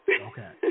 Okay